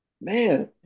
Man